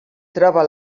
troba